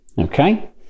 Okay